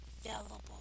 available